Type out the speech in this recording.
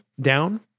down